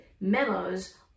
memos